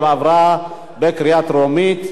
אני קורא אותך לסדר פעם ראשונה.